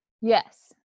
Yes